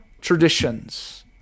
traditions